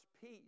peace